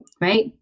right